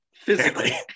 Physically